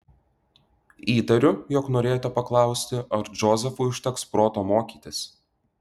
įtariu jog norėjote paklausti ar džozefui užteks proto mokytis